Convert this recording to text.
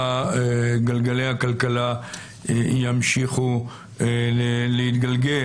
שגלגלי הכלכלה ימשיכו להתגלגל.